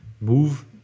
move